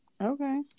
Okay